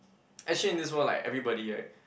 actually in this world like everybody right